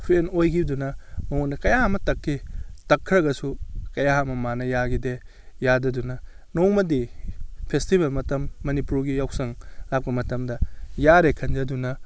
friend ꯑꯣꯏꯈꯤꯕꯗꯨꯅ ꯃꯉꯣꯟꯗ ꯀꯌꯥ ꯑꯃ ꯇꯛꯈꯤ ꯇꯛꯈ꯭ꯔꯒꯁꯨ ꯀꯌꯥ ꯑꯃ ꯃꯥꯅ ꯌꯥꯈꯤꯗꯦ ꯌꯥꯗꯗꯨꯅ ꯅꯣꯡꯃꯗꯤ ꯐꯦꯁꯇꯤꯕꯦꯜ ꯃꯇꯝ ꯃꯅꯤꯄꯨꯔꯒꯤ ꯌꯥꯎꯁꯪ ꯂꯥꯛꯄ ꯃꯇꯝꯗ ꯌꯥꯔꯦ ꯈꯟꯖꯗꯨꯅ